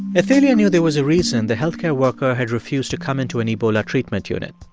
athalia knew there was a reason the health care worker had refused to come into an ebola treatment unit.